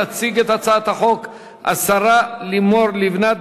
תציג את הצעת החוק השרה לימור לבנת,